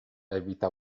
evita